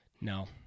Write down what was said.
No